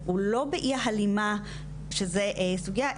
הוא לא באי ההלימה שזה סוגייה,